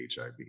HIV